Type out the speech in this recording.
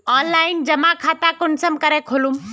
Online जमा खाता कुंसम करे खोलूम?